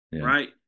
right